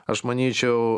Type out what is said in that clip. aš manyčiau